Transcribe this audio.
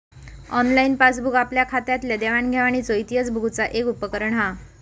online passbook आपल्या खात्यातल्या देवाण घेवाणीचो इतिहास बघुचा एक उपकरण हा